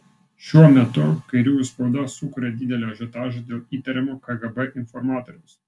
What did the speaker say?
šiuo metu kairiųjų spauda sukuria didelį ažiotažą dėl įtariamo kgb informatoriaus